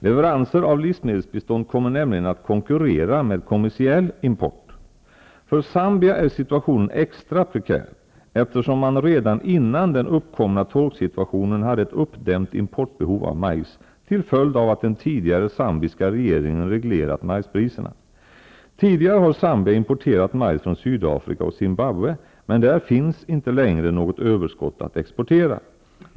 Leveranser av livsmedelsbistånd kommer nämligen att konkurrera med kommersiell import. För Zambia är situationen extra prekär, eftersom man redan innan den upp komna torksituationen hade ett uppdämt importbehov av majs, till följd av att den tidigare zambiska regeringen reglerat majspriserna. Tidigare har Zambia importerat majs från Sydafrika och Zimbabwe, men där finns ej längre något överskott att exportera.